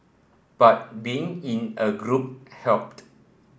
but being in a group helped